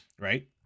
right